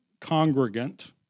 congregant